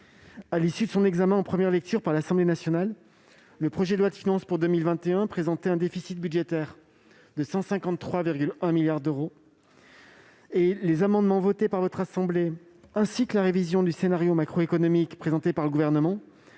À l'issue de son examen en première lecture par l'Assemblée nationale, le projet de loi de finances pour 2021 présentait un déficit budgétaire de 153,1 milliards d'euros. Les amendements votés par votre assemblée, ainsi que la révision du scénario macroéconomique présentée par le Gouvernement,